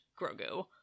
Grogu